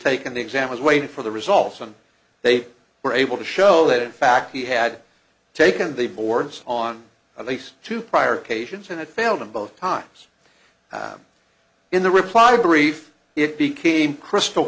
taken the exam was waiting for the results and they were able to show that in fact he had taken the boards on at least two prior occasions and failed and both times in the reply brief it became crystal